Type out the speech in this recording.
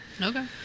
Okay